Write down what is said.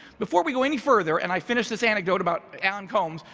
before we go any further and i finished this anecdote about alan colmes,